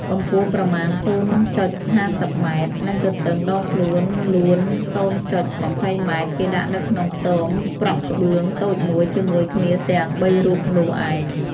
កម្ពស់ប្រមាណ ០.៥០ម និងទទឹងដងខ្លួនលួន ០.២០ម គេដាក់នៅក្នុងខ្ទមប្រក់ក្បឿងតូចមួយ ជាមួយគ្នាទាំង ៣រូបនោះឯង ។